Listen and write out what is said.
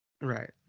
Right